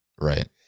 right